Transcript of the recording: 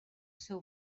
seu